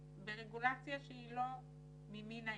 ברגולציה שהיא לא ממן העניין.